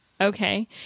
Okay